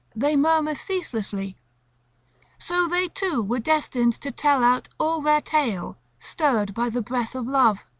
they murmur ceaselessly so they two were destined to tell out all their tale, stirred by the breath of love.